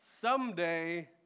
someday